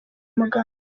umuganda